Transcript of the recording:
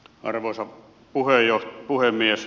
arvoisa puhemies